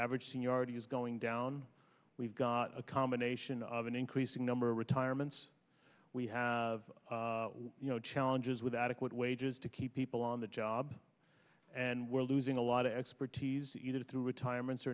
average seniority is going down we've got a combination of an increasing number of retirements we have you know challenges with adequate wages to keep people on the job and we're losing a lot of expertise either through retirements or